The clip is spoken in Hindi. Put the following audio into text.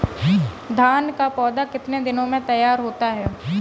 धान का पौधा कितने दिनों में तैयार होता है?